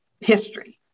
history